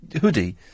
hoodie